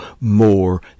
more